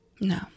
No